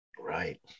Right